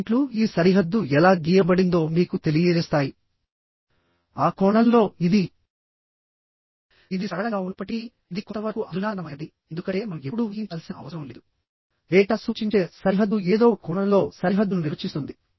అంటే హోల్ యొక్క diameter dh మరియు t అనేది తిక్నెస్ అయితే net area b dh x t x n అవుతుంది